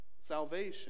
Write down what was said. salvation